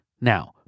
Now